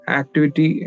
activity